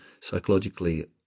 psychologically